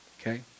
Okay